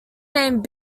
named